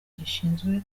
gishinzwe